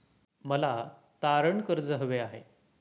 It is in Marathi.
मला तारण कर्ज हवे आहे